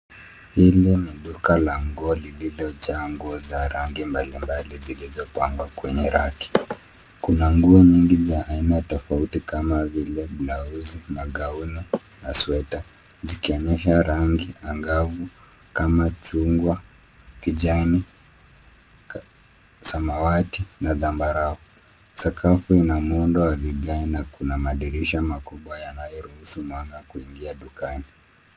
Hili ni duka la nguo lililojaa nguo za rangi mbalimbali zilizopangwa kwenye raki. Kuna nguo nyingi za aina tofauti kama vile blausi, magauni na sweta zikionyesha rangi angavu kama chungwa, kijani, samawati na zambarau. Sakafu na muundo wa vigae na kuna madirisha makubwa yanayo ruhusu mwanga kuingia dukani.